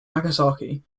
nagasaki